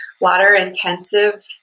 water-intensive